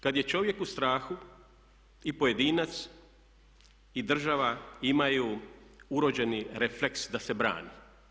Kada je čovjek u strahu i pojedinac i država imaju urođeni refleks da se brani.